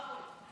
בבקשה.